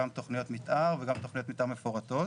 גם תכניות מתאר וגם תכניות מתאר מפורטות.